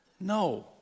No